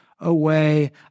away